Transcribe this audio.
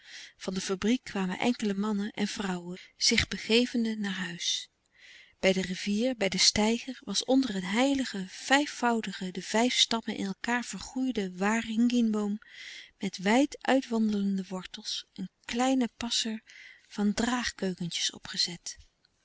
van de fabriek kwamen enkele mannen en vrouwen zich begevende naar huis bij de rivier bij den steiger was onder een heiligen vijfvoudigen de vijf stammen in elkaâr vergroeiden waringinboom met wijd uitwandelende wortels een kleine passer van draagkeukentjes opgezet